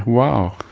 wow,